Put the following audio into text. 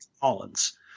Collins